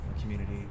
community